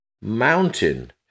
mountain